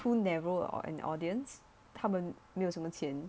full narrow or an audience 他们没有什么钱